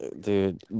Dude